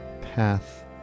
path